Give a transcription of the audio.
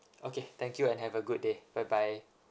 okay thank you and have a good day bye bye